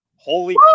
holy